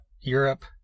Europe